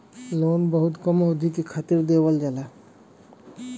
loan बहुत कम अवधि के खातिर देवल जाला